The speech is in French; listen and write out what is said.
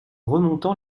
remontant